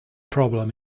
problem